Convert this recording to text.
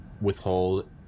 withhold